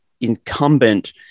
incumbent